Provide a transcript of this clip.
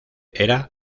era